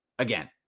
again